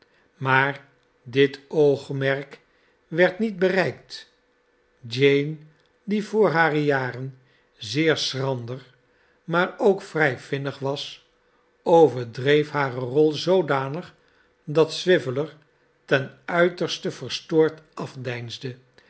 maar dit oogmerk werd niet bereikt jane die voor hare jaren zeer schrander maar ook vrij vinnig was overdreef hare rol zoodanig dat swiveller ten uiterste verstoord afdeinsde en